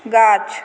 गाछ